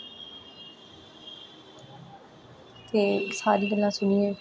ते सारी गल्लां सुनियै